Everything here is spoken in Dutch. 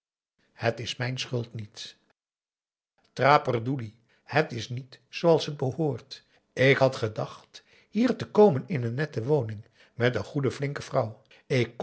het is mijn schuld niet traperdoelie het is niet zooals het behoort ik had gedacht hier te komen in een nette woning met een goede flinke vrouw